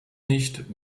nicht